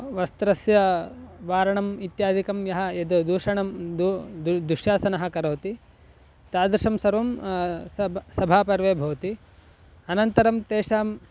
वस्त्रस्य वारणम् इत्यादिकं यः यद् दूषणं दु दुष्यासनः करोति तादृशं सर्वं सभापर्वे भवति अनन्तरं तेषां